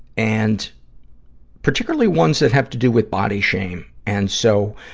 and particularly ones that have to do with body shame. and so,